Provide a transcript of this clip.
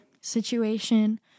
situation